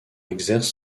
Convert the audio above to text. exerce